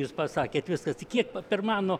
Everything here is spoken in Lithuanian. jūs pasakėt viskas kiek per mano